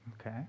Okay